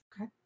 Okay